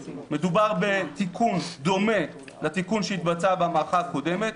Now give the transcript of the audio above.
מדובר בתיקון דומה לתיקון שהתבצע במערכה הקודמת,